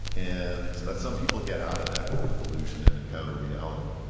and some people get out of that world of illusion and encounter reality.